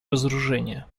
разоружения